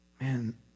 man